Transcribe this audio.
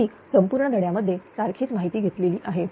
मी संपूर्ण धड्यामध्ये सारखीच माहिती घेतलेली आहे